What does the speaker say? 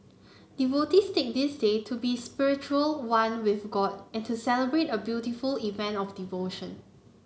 devotees take this day to be spiritually one with god and to celebrate a beautiful event of devotion